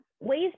ways